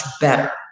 better